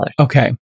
Okay